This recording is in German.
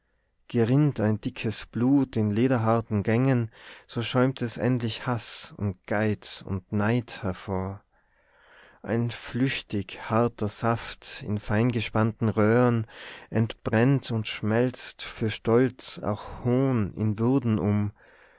gerinnt ein dickes blut in lederharten gängen so schäumt es endlich haß und geiz und neid hervor ein flüchtig harter saft in fein gespannten röhren entbrennt und schmelzt für stolz auch hohn in würden um